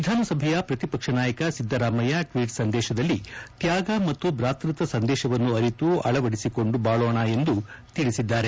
ವಿಧಾನಸಭೆಯ ಪ್ರತಿಪಕ್ಷ ನಾಯಕ ಸಿದ್ದರಾಮಯ್ಯ ಟ್ವೀಟ್ ಸಂದೇಶದಲ್ಲಿ ತ್ಯಾಗ ಮತ್ತು ಭ್ರಾತೃತ್ವ ಸಂದೇಶವನ್ನು ಅರಿತು ಅಳವದಿಸಿಕೊಂಡು ಬಾಳೋಣ ಎಂದು ಹೇಳಿದ್ದಾರೆ